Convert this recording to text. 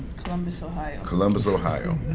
columbus, ohio. columbus, ohio.